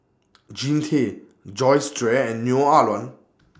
Jean Tay Joyce Jue and Neo Ah Luan